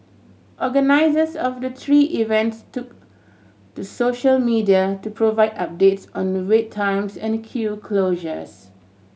organisers of the tree events took to social media to provide updates on the wait times and queue closures